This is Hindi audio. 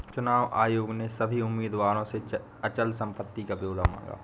चुनाव आयोग ने सभी उम्मीदवारों से अचल संपत्ति का ब्यौरा मांगा